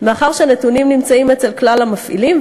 מאחר שהנתונים נמצאים אצל כלל המפעילים,